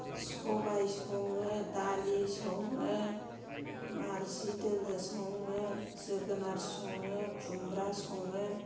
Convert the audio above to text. सबाय सङो दालि सङो नार्जि दोलो सङो जोगोनार सङो खुमब्रा सङो